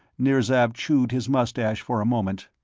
nirzav chewed his mustache for a moment.